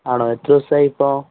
ആണോ എത്ര ദിവസമായി ഇപ്പോള്